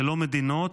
ללא מדינות,